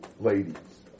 ladies